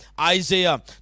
isaiah